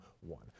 one